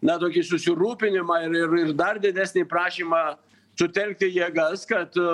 na tokį susirūpinimą ir ir ir dar didesnį prašymą sutelkti jėgas kad